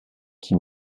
qui